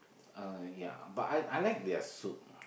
uh ya but I I like their soup